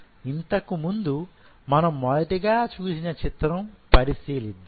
ఇంతకుముందు మనం మొదటగా చూసిన చిత్రం పరిశీలిద్దాం